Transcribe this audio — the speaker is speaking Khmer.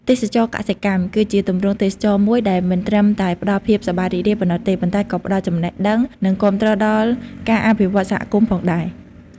ទេសចរណ៍កសិកម្មគឺជាទម្រង់ទេសចរណ៍មួយដែលមិនត្រឹមតែផ្ដល់ភាពសប្បាយរីករាយប៉ុណ្ណោះទេ ប៉ុន្តែក៏ផ្ដល់ចំណេះដឹង និងគាំទ្រដល់ការអភិវឌ្ឍសហគមន៍ផងដែរ ។